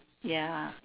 ya